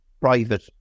private